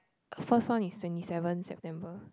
first one is twenty seven September